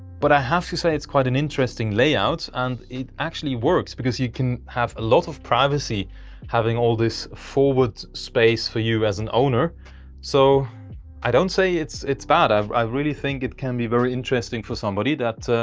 but i have to say it's quite an interesting layout and it actually works because you can have a lot of privacy having all this forward space for you as an owner so i don't say it's it's bad i really think it can be very interesting for somebody that